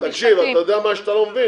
אתה יודע מה שאתה לא מבין?